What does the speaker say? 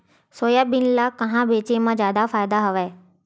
Soybean ल कहां बेचे म जादा फ़ायदा हवय?